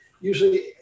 Usually